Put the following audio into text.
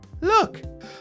Look